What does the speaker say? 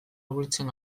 hurbiltzen